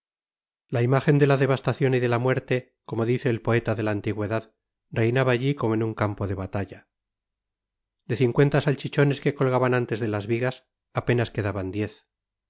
la imájen de la devastacion y de la muerte como dice el poeta de la antigüedad reinaba alli como en un campo de batalla de cincuenta salchichones que colgaban antes de las vigas apenas quedaban diez